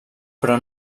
però